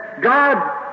God